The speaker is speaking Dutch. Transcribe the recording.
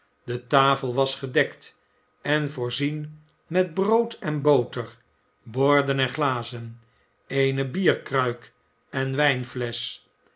de tafel was gedekt en voorzien met brood en boter borden en glazen eene bierkruik en